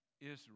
Israel